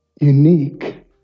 unique